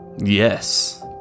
Yes